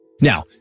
Now